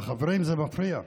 חברים, זה מפריע.